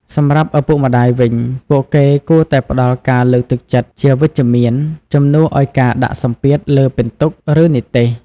សម្រាប់ឪពុកម្ដាយវិញ ពួកគេគួរតែផ្តល់ការលើកទឹកចិត្តជាវិជ្ជមាន ជំនួសឱ្យការដាក់សម្ពាធលើពិន្ទុ ឬនិទ្ទេស។